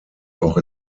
auch